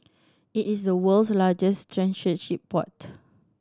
it is the world's largest transshipment port